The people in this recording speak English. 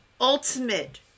ultimate